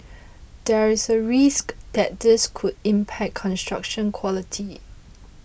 there is a risk that this could impact construction quality